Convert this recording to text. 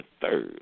third